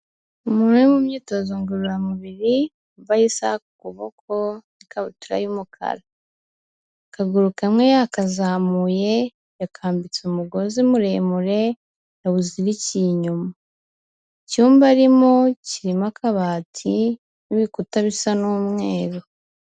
Umuntu uri mu myitozo ngororamubiri, wambaye isaha ku kuboko n'ikabutura y'umukara, akaguru kamwe yakazamuye, yakambitse umugozi muremure yawuzirikiye inyuma, icyumba arimo kirimo akabati n'ibikuta bisa n'umweru.